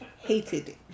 Hated